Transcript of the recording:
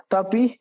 Tapi